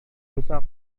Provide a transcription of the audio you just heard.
rusak